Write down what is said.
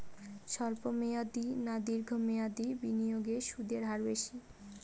স্বল্প মেয়াদী না দীর্ঘ মেয়াদী বিনিয়োগে সুদের হার বেশী?